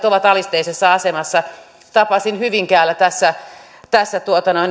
ovat alisteisessa asemassa tapasin hyvinkäällä tässä tässä